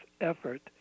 effort